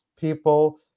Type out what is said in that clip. people